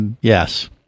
Yes